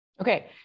Okay